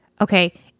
Okay